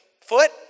foot